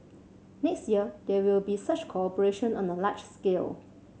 next year there will be such cooperation on a large scale